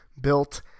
built